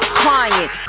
crying